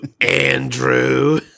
Andrew